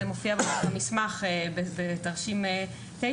זה מופיע גם במסמך בתרשים 9,